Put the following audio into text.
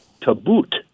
Taboot